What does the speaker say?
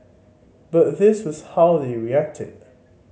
but this was how they reacted